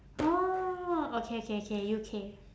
oh okay okay okay U_K